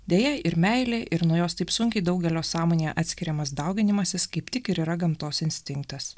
deja ir meilė ir naujos taip sunkiai daugelio sąmonėje atskiriamas dauginimasis kaip tik ir yra gamtos instinktas